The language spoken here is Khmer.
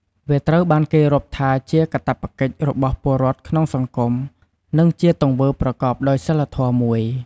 វាត្រូវបានគេរាប់ថាជាកាតព្វកិច្ចរបស់ពលរដ្ឋក្នុងសង្គម និងជាទង្វើប្រកបដោយសីលធម៌មួយ។